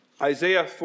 Isaiah